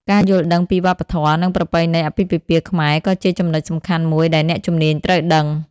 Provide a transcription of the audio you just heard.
ការយល់ដឹងពីវប្បធម៌ និងប្រពៃណីអាពាហ៍ពិពាហ៍ខ្មែរក៏ជាចំណុចសំខាន់មួយដែលអ្នកជំនាញត្រូវដឹង។